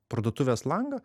parduotuvės langą